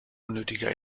unnötiger